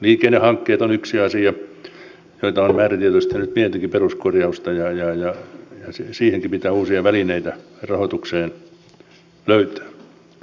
liikennehankkeet ovat yksi asia johon on määritelty nyt pientäkin peruskorjausta ja siihenkin pitää uusia välineitä rahoitukseen löytää